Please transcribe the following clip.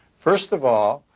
first of all,